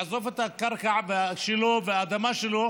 יעזוב את הקרקע שלו ואת האדמה שלו,